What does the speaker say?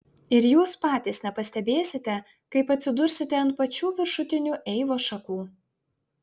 ir jūs patys nepastebėsite kaip atsidursite ant pačių viršutinių eivos šakų